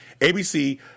ABC